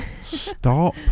Stop